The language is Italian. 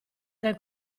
del